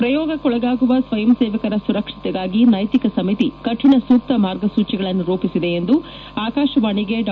ಪ್ರಯೋಗಕ್ಕೊಳಗಾಗುವ ಸ್ವಯಂಸೇವಕರ ಸುರಕ್ಷತೆಗಾಗಿ ನೈತಿಕ ಸಮಿತಿ ಕಠಿಣ ಸೂಕ್ತ ಮಾರ್ಗಸೂಚಿಗಳನ್ನು ರೂಪಿಸಿದೆ ಎಂದು ಆಕಾಶವಾಣಿಗೆ ಡಾ